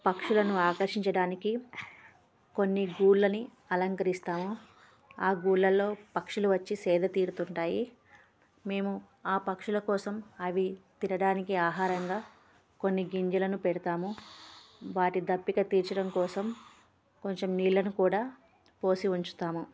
పక్షులను ఆకర్షించడానికి కొన్ని గూళ్ళని అలంకరిస్తాము ఆ గూళ్ళలో పక్షులు వచ్చి సేద తీరుతుంటాయి మేము ఆ పక్షుల కోసం అవి తినడానికి ఆహారంగా కొన్ని గింజలను పెడతాము వాటి దప్పిక తీర్చడం కోసం కొంచెం నీళ్ళను కూడా పోసి ఉంచుతాము